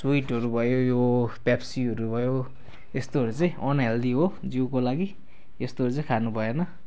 स्विटहरू भयो यो पेप्सीहरू भयो यस्तोहरू चाहिँ अनहेल्दी हो जिउको लागि यस्तोहरू चाहिँ खानु भएन